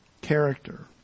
character